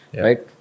right